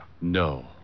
No